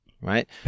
right